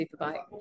Superbike